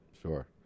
Sure